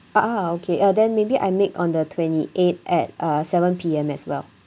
ah okay uh then maybe I make on the twenty eight at uh seven P_M as well